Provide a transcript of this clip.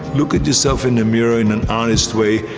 look at yourself in the mirror in an honest way,